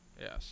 yes